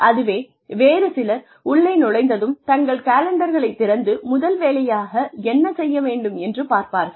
அதுவே வேறு சிலர் உள்ளே நுழைந்ததும் தங்கள் காலெண்டர்களை திறந்து முதல் வேலையாக என்ன செய்ய வேண்டும் என்று பார்ப்பார்கள்